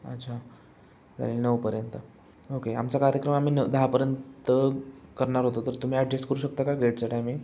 अच्छा चालेल नऊपर्यंत ओके आमचा कार्यक्रम आम्ही ना दहापर्यंत करणार होतो तर तुम्ही ॲडजस्ट करू शकता का गेटचा टाईमिंग